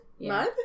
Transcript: Mud